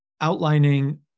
outlining